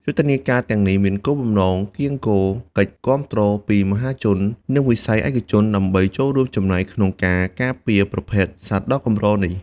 យុទ្ធនាការទាំងនេះមានគោលបំណងកៀរគរកិច្ចគាំទ្រពីមហាជន និងវិស័យឯកជន ដើម្បីចូលរួមចំណែកក្នុងការការពារប្រភេទសត្វដ៏កម្រនេះ។